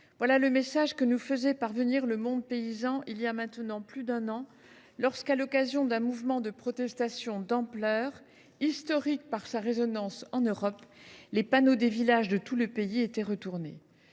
voilà le message que nous faisait parvenir le monde paysan il y a maintenant plus d’un an, lorsqu’à l’occasion d’un mouvement de protestation d’ampleur, historique par sa résonance en Europe, les panneaux des villages de tout le pays étaient retournés.